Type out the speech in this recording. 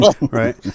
Right